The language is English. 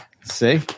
see